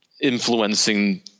influencing